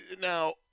now